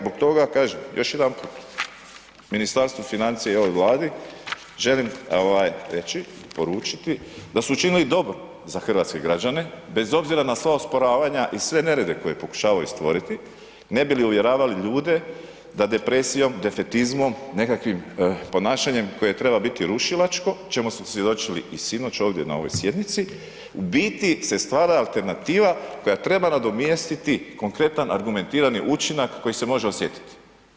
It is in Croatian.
Zbog toga kažem još jedanput, Ministarstvu financija i ovoj Vladi želi ovaj reći, poručiti da su učinili dobro za hrvatske građane bez obzira na sva osporavanja i se nerede koje pokušavaju stvoriti ne bi li uvjeravali ljude da depresijom, defetizmom, nekakvim ponašanjem koje treba biti rušilačko čemu smo svjedočili i sinoć ovdje ne ovoj sjednici u biti se stvara alternativa koja treba nadomjestiti konkretan, argumentirani učinak koji se može osjetiti.